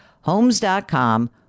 Homes.com